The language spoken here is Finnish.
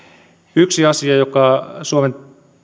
yksi asia joka suomen